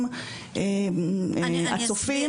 לשכה משפטית,